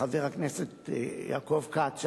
חבר הכנסת יעקב כץ,